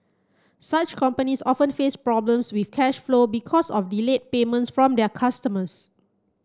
such companies often face problems with cash flow because of delayed payments from their customers